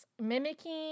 mimicking